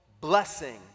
blessing